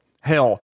Hell